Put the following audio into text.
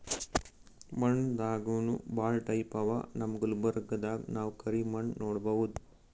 ಮಣ್ಣ್ ದಾಗನೂ ಭಾಳ್ ಟೈಪ್ ಅವಾ ನಮ್ ಗುಲ್ಬರ್ಗಾದಾಗ್ ನಾವ್ ಕರಿ ಮಣ್ಣ್ ನೋಡಬಹುದ್